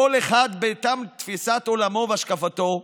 כל אחד בהתאם לתפיסת עולמו והשקפתו,